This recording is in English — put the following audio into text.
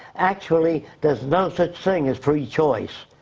actually, there's no such thing as free choice.